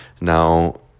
Now